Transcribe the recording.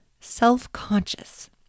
Self-conscious